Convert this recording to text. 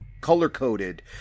color-coded